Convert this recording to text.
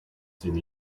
through